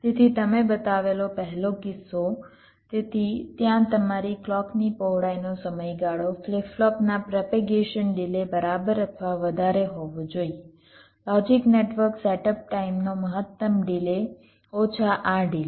તેથી તમે બતાવેલો પહેલો કિસ્સો તેથી ત્યાં તમારી ક્લૉકની પહોળાઈનો સમયગાળો ફ્લિપ ફ્લોપના પ્રોપેગેશન ડિલે બરાબર અથવા વધારે હોવો જોઈએ લોજિક નેટવર્ક સેટઅપ ટાઇમનો મહત્તમ ડિલે ઓછા આ ડિલે